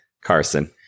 Carson